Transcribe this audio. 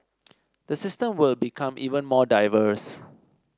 the system will become even more diverse